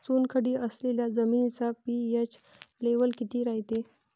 चुनखडी असलेल्या जमिनीचा पी.एच लेव्हल किती रायते?